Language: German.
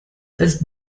als